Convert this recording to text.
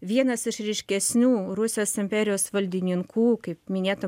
vienas iš ryškesnių rusijos imperijos valdininkų kaip minėta